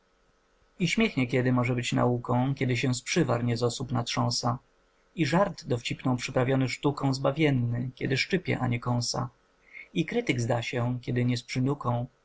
śmiech niekiedy może być nauką kiedy się z przywar nie z osób natrząsa i żart dowcipną przyprawiony sztuką zbawienny kiedy szczypie a nie kąsa i krytyk zda się kiedy nie z przynuką